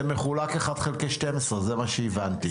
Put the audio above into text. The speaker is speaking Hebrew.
זה מחולק אחד חלקי שתים-עשרה, זה מה שהבנתי.